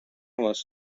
was